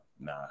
Nah